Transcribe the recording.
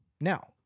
Now